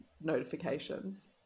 notifications